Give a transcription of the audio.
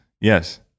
yes